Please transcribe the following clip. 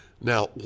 Now